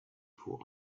for